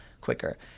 quicker